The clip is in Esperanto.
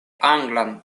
anglan